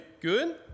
Good